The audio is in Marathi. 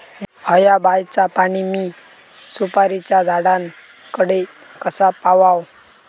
हया बायचा पाणी मी सुपारीच्या झाडान कडे कसा पावाव?